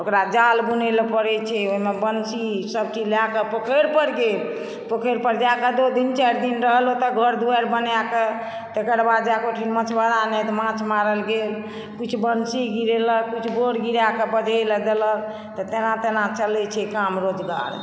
ओकरा जाल बुनै लऽ पड़ै छै ओहिमे बंसी सब चीज लय कऽ पोखरि पर गेल पोखरि पर जाय कऽ दू दिन चारि दिन रहल ओतय घर दुआरि बनाकऽ तकर बाद जाय कऽ ओहिठीना मछुआरा नाहैत माँछ मारल गेल किछु बंसी गिरेलक किछु बोर गिरायकऽ बझै लऽ देलक तेना तेना चलै छै काम रोजगार